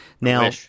Now